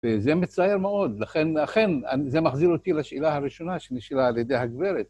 וזה מצער מאוד, לכן.. אכן, אנ.. זה מחזיר אותי לשאלה הראשונה שנשאלה על ידי הגברת.